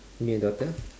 your daughter